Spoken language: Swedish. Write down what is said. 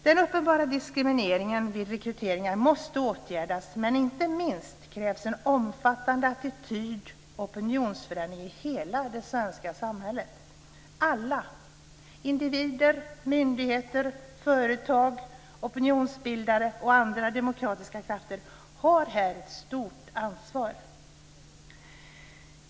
Den uppenbara diskrimineringen vid rekryteringar måste åtgärdas, men inte minst krävs en omfattande attityd och opinionsförändring i hela det svenska samhället. Alla - individer, myndigheter, företag, opinionsbildare och andra demokratiska krafter - har här ett stort ansvar.